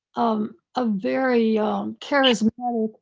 um a very charismatic,